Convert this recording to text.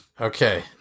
Okay